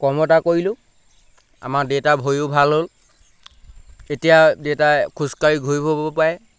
কৰ্ম এটা কৰিলোঁ আমাৰ দেউতাৰ ভৰিও ভাল হ'ল এতিয়া দেউতাই খোজকাঢ়ি ঘূৰি ফুৰিব পাৰে